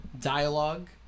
dialogue